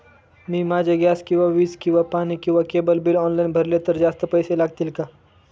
मी माझे गॅस किंवा वीज किंवा पाणी किंवा केबल बिल ऑनलाईन भरले तर जास्त पैसे लागतील का?